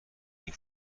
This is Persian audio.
این